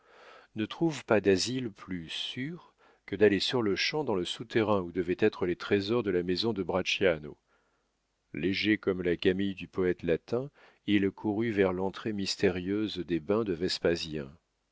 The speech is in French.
ne trouve pas d'asile plus sûr que d'aller sur-le-champ dans le souterrain où devaient être les trésors de la maison de bracciano léger comme la camille du poète latin il courut vers l'entrée mystérieuse des bains de vespasien